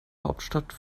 hauptstadt